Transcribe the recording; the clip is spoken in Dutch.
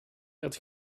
het